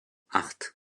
acht